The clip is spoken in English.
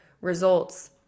results